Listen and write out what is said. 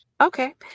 Okay